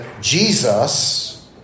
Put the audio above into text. Jesus